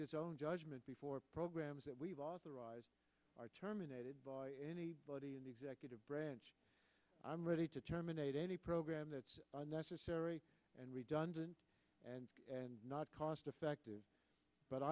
its own judgment before programs that we've authorized are terminated by anybody in the executive branch i'm ready to terminate any program that's necessary and redundant and and not cost effective but